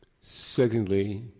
Secondly